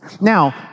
Now